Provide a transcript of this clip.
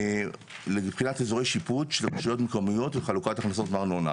בחינת איזורי שיפוט לרשויות מקומיות וחלוקת הכנסות מארנונה.